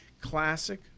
Classic